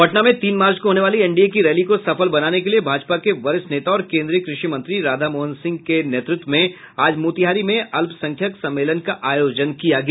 पटना में तीन मार्च को होने वाली एनडीए की रैली को सफल बनाने के लिये भाजपा के वरिष्ठ नेता और केन्द्रीय कृषि मंत्री राधामोहन सिंह के नेतृत्व में आज मोतिहारी में अल्पसंख्यक सम्मेलन का आयोजन किया गया